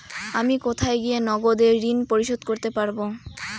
আমি কোথায় গিয়ে নগদে ঋন পরিশোধ করতে পারবো?